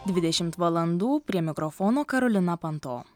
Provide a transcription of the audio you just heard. dvidešimt valandų prie mikrofono karolina panto